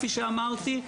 כפי שאמרתי,